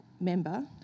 member